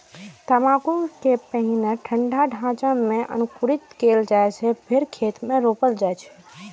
तंबाकू कें पहिने ठंढा ढांचा मे अंकुरित कैल जाइ छै, फेर खेत मे रोपल जाइ छै